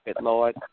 Lord